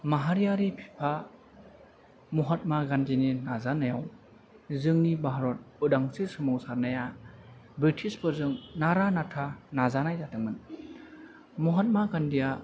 माहारियारि फिफा महात्मा गान्धिनि नाजानायाव जोंनि भारत उदांस्रि सोमावसारनाया ब्रिटिसफोरजों नारा नाथा नारजानाय जादोंमोन महात्मा गान्धिया